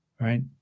Right